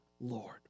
Lord